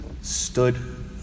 stood